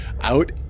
Out